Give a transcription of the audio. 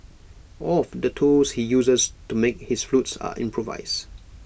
all of the tools he uses to make his flutes are improvised